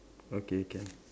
okay can